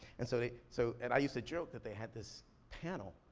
and so they, so and i used to joke that they had this panel.